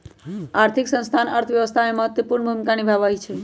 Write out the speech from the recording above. आर्थिक संस्थान अर्थव्यवस्था में महत्वपूर्ण भूमिका निमाहबइ छइ